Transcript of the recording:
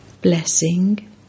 Blessing